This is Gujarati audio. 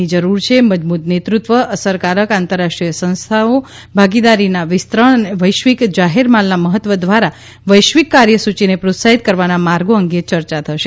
ની જરૂર છે મજબૂત નેતૃત્વ અસરકારક આંતરરાષ્ટ્રીય સંસ્થાઓ ભાગીદારીના વિસ્તરણ અને વૈશ્વિક જાહેર માલના મહત્વ દ્વારા વૈશ્વિક કાર્યસૂચિને પ્રોત્સાહિત કરવાના માર્ગો અંગે ચર્ચા થશે